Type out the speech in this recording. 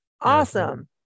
Awesome